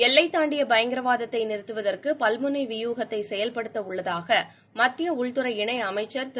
எல்லை தாண்டிய பயங்கரவாத்தை நிறுத்துவதற்கு பல்முனை வியூகத்தை செயல்படுத்த உள்ளதாக மத்திய உள்துறை இணையமைச்சர் திரு